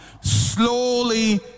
Slowly